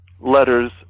letters